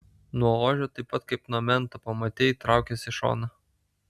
nuo ožio taip pat kaip nuo mento pamatei traukis į šoną